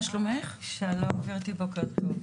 בוקר טוב.